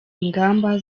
ingamba